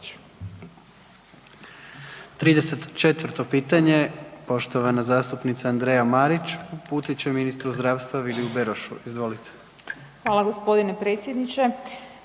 34. pitanje poštovana zastupnica Andreja Marić uputit će ministru zdravstva, Viliju Berošu. Izvolite. **Marić, Andreja